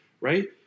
Right